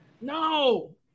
No